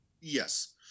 Yes